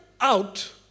out